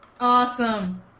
Awesome